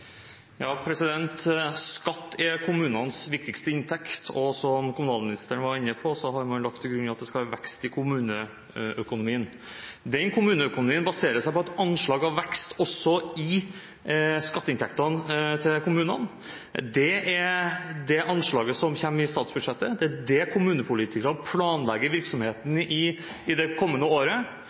som kommunalministeren var inne på, har man lagt til grunn at det skal være vekst i kommuneøkonomien. Den kommuneøkonomien baserer seg på et anslag av vekst også i skatteinntektene til kommunene. Det er det anslaget som kommer i statsbudsjettet, og det er det kommunepolitikerne planlegger virksomheten det kommende året